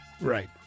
Right